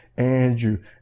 Andrew